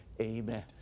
AMEN